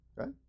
Okay